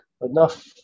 enough